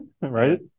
Right